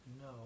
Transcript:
no